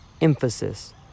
emphasis